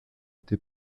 été